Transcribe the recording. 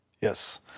Yes